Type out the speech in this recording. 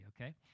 okay